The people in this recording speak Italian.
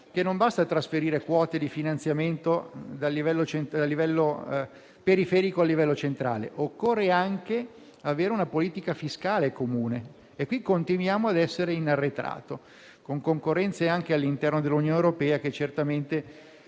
che non basta trasferire quote di finanziamento dal livello periferico a quello centrale, ma che serve anche una politica fiscale comune; qui continuiamo a essere in arretrato, con concorrenze, anche al suo interno, che certamente